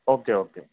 okay okay